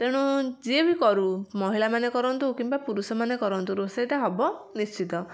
ତେଣୁ ଯିଏ ବି କରୁ ମହିଳାମାନେ କରନ୍ତୁ କିମ୍ବା ପୁରୁଷମାନେ କରନ୍ତୁ ରୋଷେଇଟା ହବ ନିଶ୍ଚିତ